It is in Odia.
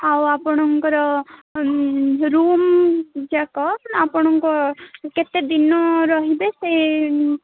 ଆଉ ଆପଣଙ୍କର ରୁମ୍ ଜାକ ଆପଣଙ୍କ କେତେଦିନ ରହିବେ ସେ